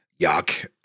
Yuck